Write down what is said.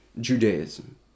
Judaism